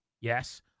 Yes